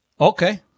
Okay